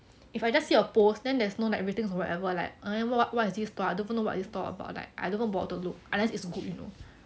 if I just see a post then there's no ratings or whatever like eh what is this product I don't even know what is this product about I don't know even bother to look unless it's good you know